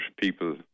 people